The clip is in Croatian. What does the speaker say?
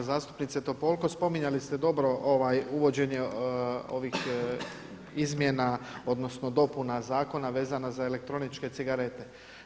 Uvažena zastupnice Topolko, spominjali ste dobro uvođenje ovih izmjena odnosno dopuna zakona vezana za elektroničke cigarete.